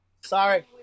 sorry